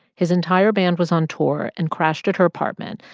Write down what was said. his entire band was on tour and crashed at her apartment.